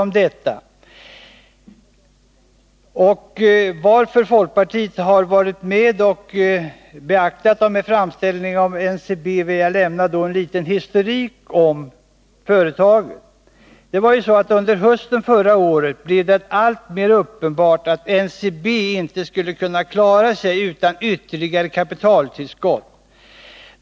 Med anledning av att folkpartiet har varit med och beaktat de här framställningarna från NCB, vill jag lämna en liten historik om företaget. Under hösten förra året blev det alltmer uppenbart att NCB inte skulle kunna klara sig utan ytterligare kapitaltillskott.